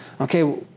okay